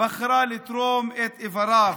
בחרה לתרום את איבריו.